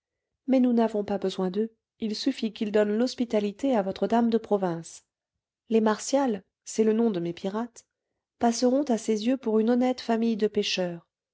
mais nous n'avons pas besoin d'eux il suffit qu'ils donnent l'hospitalité à votre dame de province les martial c'est le nom de mes pirates passeront à ses yeux pour une honnête famille de pêcheurs